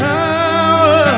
power